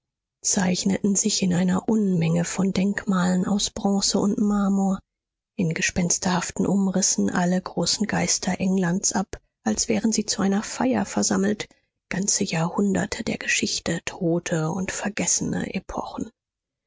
zeichneten sich in einer unmenge von denkmalen aus bronze und marmor in gespensterhaften umrissen alle großen geister englands ab als wären sie zu einer feier versammelt ganze jahrhunderte der geschichte tote und vergessene epochen